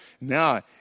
Now